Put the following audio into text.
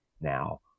now